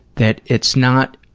that it's not